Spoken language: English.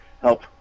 help